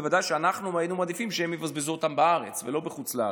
ובוודאי היינו מעדיפים שהם יבזבזו אותו בארץ ולא בחו"ל,